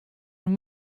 nun